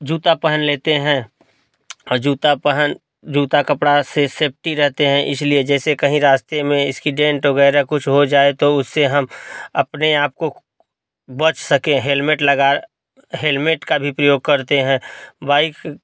जूता पहन लेते हैं और जूता पहन जूता कपड़ा से सेप्टी रहते हैं इसलिए जैसे कहीं रास्ते में एस्कीडेंट वगैरह कुछ हो जाए तो उससे हम अपने आपको बच सकें हेलमेट लगा हेलमेट का भी प्रयोग करते हैं बाइक